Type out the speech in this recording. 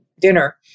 dinner